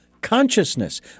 consciousness